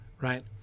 right